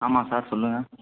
ஆமாம் சார் சொல்லுங்கள்